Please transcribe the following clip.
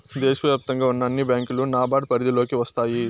దేశ వ్యాప్తంగా ఉన్న అన్ని బ్యాంకులు నాబార్డ్ పరిధిలోకి వస్తాయి